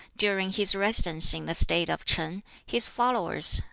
during his residence in the state of ch'in, his followers,